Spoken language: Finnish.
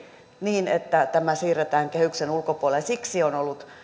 niin että tämä siirretään kehyksen ulkopuolelle ja siksi on ollut